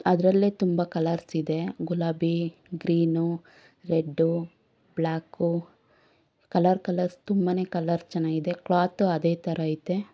ಅದರಲ್ಲೇ ತುಂಬ ಕಲರ್ಸ್ ಇದೆ ಗುಲಾಬಿ green red black colour colours ತುಂಬನೇ ಕಲ್ಲರ್ ಚೆನ್ನಾಗಿದೆ ಕ್ಲಾತು ಅದೇ ಥರ ಐತೆ